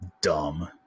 dumb